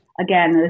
again